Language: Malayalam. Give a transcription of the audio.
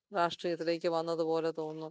രാഷ്ട്രീയത്തിലേക്ക് വന്നത് പോലെ തോന്നുന്നു